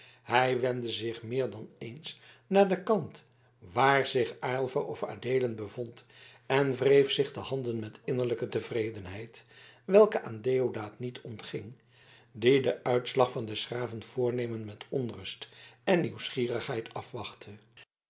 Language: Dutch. hij wendde zich meer dan eens naar den kant waar zich aylva of adeelen bevond en wreef zich de handen met innerlijke tevredenheid welke aan deodaat niet ontging die den uitslag van des graven voornemen met onrust en nieuwsgierigheid afwachtte